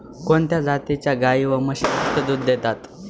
कोणत्या जातीच्या गाई व म्हशी जास्त दूध देतात?